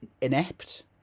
inept